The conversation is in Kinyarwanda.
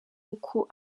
uku